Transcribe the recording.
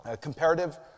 Comparative